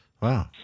Wow